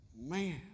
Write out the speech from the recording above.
Man